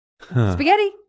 Spaghetti